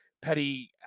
Petty